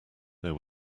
there